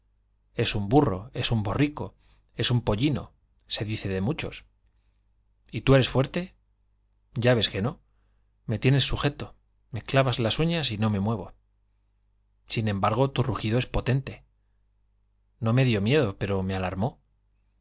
es un burro es un borrico es un pollino se dice de muchos y tú eres fuerte ya tienes clavas las ves sujeto no me que me uñas y nome muevo sin embargo tu rugido es no me dió potente miedo pero me alarmó